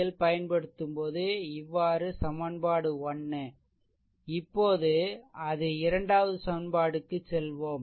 L பயன்படுத்தும்போது இவ்வாறு சமன்பாடு 1 இப்போது அது இரண்டாவது சமன்பாடு க்கு செல்வோம்